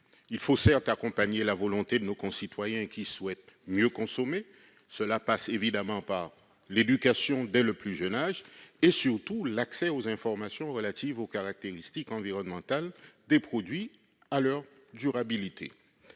il faut accompagner la volonté de nos concitoyens, qui souhaitent mieux consommer, ce qui passe évidemment par l'éducation dès le plus jeune âge et, surtout, par l'accès aux informations relatives aux caractéristiques environnementales des produits, ainsi qu'à leur durabilité.